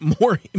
more